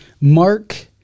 Mark